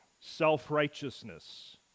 self-righteousness